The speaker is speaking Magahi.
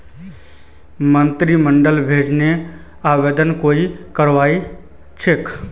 मंत्रिमंडलक भेजाल आवेदनत कोई करवाई नी हले